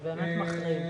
זה באמת מחריד.